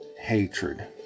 hatred